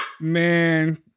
Man